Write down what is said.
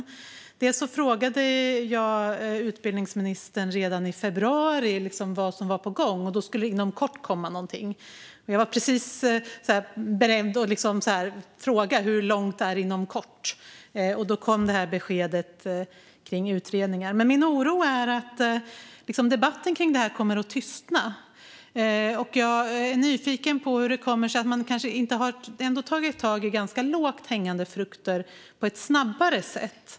Redan i februari frågade jag utbildningsministern vad som var på gång, och då var svaret att det skulle komma någonting inom kort. Jag var precis beredd att fråga hur långt "inom kort" är när beskedet om utredningen kom. Min oro är dock att debatten kring detta kommer att tystna. Jag är nyfiken på hur det kommer sig att man inte har tagit tag i ändå ganska lågt hängande frukter på ett snabbare sätt.